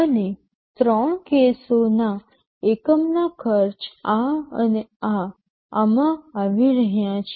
અને ત્રણ કેસોના એકમના ખર્ચ આ અને આ આમાં આવી રહ્યા છે